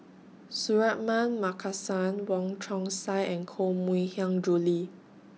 Suratman Markasan Wong Chong Sai and Koh Mui Hiang Julie